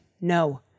No